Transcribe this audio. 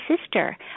sister